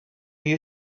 you